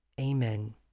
Amen